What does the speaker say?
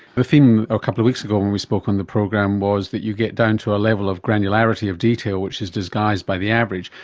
the theme a couple of weeks ago when we spoke on the program was that you get down to a level of granularity of detail which is disguised by the average,